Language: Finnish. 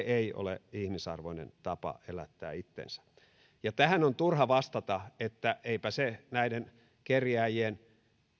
ei ole ihmisarvoinen tapa elättää itsensä ja tähän on turha vastata että eipä se näiden kerjääjien